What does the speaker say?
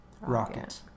Rocket